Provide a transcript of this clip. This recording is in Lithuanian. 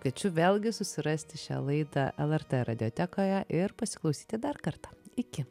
kviečiu vėlgi susirasti šią laidą lrt radiotekoje ir pasiklausyti dar kartą iki